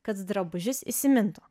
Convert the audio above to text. kad drabužis įsimintų